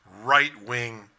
right-wing